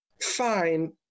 Fine